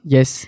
Yes